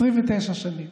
29 שנים.